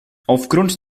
aufgrund